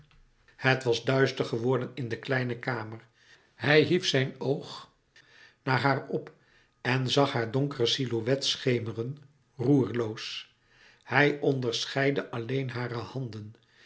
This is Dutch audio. het was duister geworden in de kleine kamer hij hief zijn oog naar haar op en zag haar donkere silhouet schemeren roerloos hij onderscheidde alleen hare handen